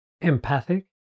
empathic